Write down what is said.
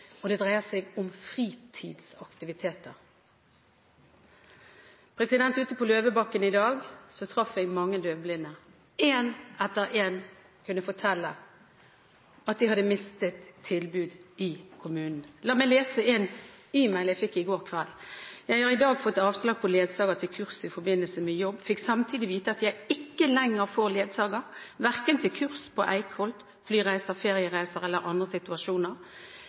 og det dreier seg om fritidsaktiviteter. Ute på Løvebakken i dag traff jeg mange døvblinde. Én etter én kunne fortelle at de hadde mistet tilbud i kommunen. La meg lese en e-mail jeg fikk i går kveld: «Jeg har i dag fått avslag på ledsager til kurs i forbindelse med jobb, fikk samtidig vite at jeg ikke lenger får ledsager hverken til kurs på Eikholt, flyreiser, feriereiser eller andre situasjoner